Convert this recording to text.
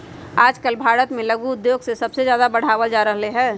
आजकल भारत में लघु उद्योग के सबसे ज्यादा बढ़ावल जा रहले है